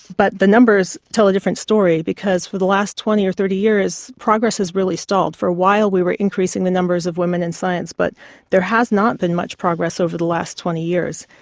but the numbers tell a different story because for the last twenty or thirty years progress has really stalled. for a while we were increasing the numbers of women in science, but there has not been much progress over the last twenty years.